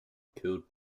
killed